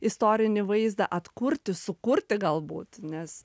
istorinį vaizdą atkurti sukurti galbūt nes